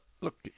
look